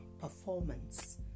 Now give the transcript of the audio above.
performance